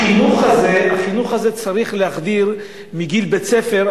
את החינוך הזה צריך להחדיר מגיל בית-ספר,